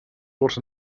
what